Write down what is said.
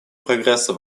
прогресса